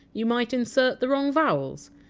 you might insert the wrong vowels.